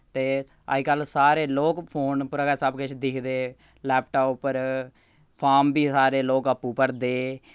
ते अजकल्ल सारे लोक फोन उप्परा गै सब किश दिखदे लैपटाप उप्पर फार्म बी सारे लोक आपूं भरदे